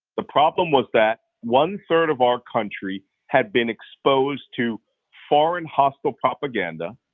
the problem was that one third of our country had been exposed to foreign hostile propaganda,